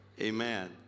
amen